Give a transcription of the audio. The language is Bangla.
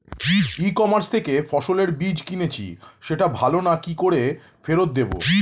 ই কমার্স থেকে ফসলের বীজ কিনেছি সেটা ভালো না কি করে ফেরত দেব?